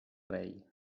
rei